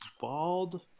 Bald